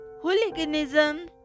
hooliganism